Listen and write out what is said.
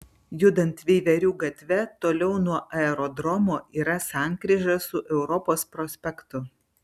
judant veiverių gatve toliau nuo aerodromo yra sankryža su europos prospektu